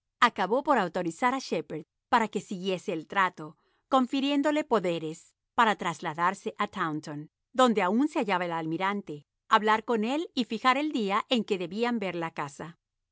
acabó por autorizar a shepherd para que siguiese el trato confiriéndole poderes para trasladarse a taunton donde aim se hallaba el almirante hablar con él y fijar el día en que debían ver la casa